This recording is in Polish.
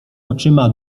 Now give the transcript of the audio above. oczyma